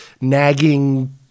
nagging